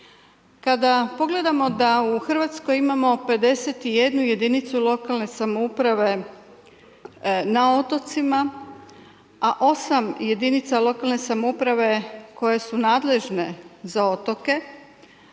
Kada pogledamo da u Hrvatskoj imamo 51 jedinicu lokalne samouprave na otocima a 8 jedinice lokalne samouprave koje su nadležne za otoke,